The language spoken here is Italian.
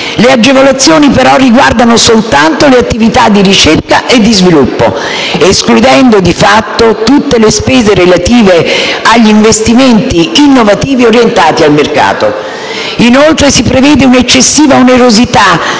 Le agevolazioni però riguardano soltanto le attività di ricerca e sviluppo, escludendo di fatto tutte le spese relative agli investimenti innovativi orientati al mercato. Inoltre, si prevede un'eccessiva onerosità